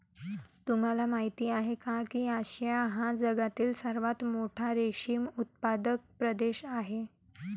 तुम्हाला माहिती आहे का की आशिया हा जगातील सर्वात मोठा रेशीम उत्पादक प्रदेश आहे